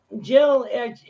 Jill